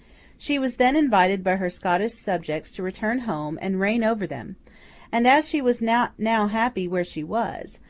she was then invited by her scottish subjects to return home and reign over them and as she was not now happy where she was,